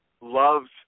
loves